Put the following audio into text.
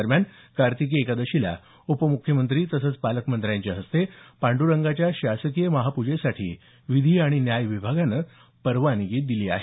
दरम्यान कार्तिकी एकादशीला उपमुख्यमंत्री तसंच पालकमंत्र्यांच्या हस्ते पांइरंगाच्या शासकीय महापूजेसाठी विधी आणि न्याय विभागानं परवानगी दिली आहे